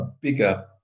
bigger